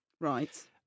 Right